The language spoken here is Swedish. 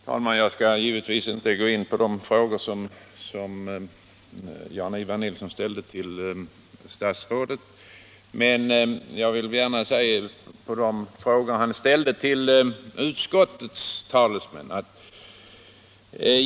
Herr talman! Jag skall givetvis inte gå in på de frågor som Jan-Ivan Nilsson i Tvärålund ställde till utbildningsministern, men jag vill gärna svara på de frågor han riktade till utskottets talesmän.